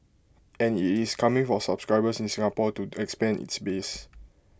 and IT is coming for subscribers in Singapore to expand its base